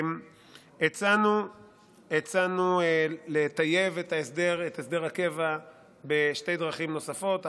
הצענו לטייב את הסדר הקבע בשתי דרכים נוספות,